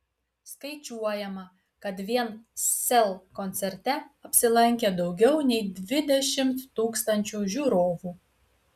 skaičiuojama kad vien sel koncerte apsilankė daugiau nei dvidešimt tūkstančių žiūrovų